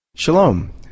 Shalom